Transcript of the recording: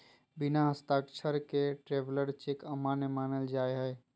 बिना हस्ताक्षर के ट्रैवलर चेक अमान्य मानल जा हय